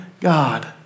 God